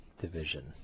division